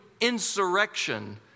insurrection